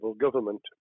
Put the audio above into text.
government